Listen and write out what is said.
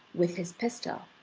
with his pistol,